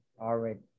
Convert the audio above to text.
already